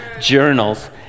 journals